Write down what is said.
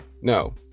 no